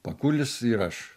pakulis ir aš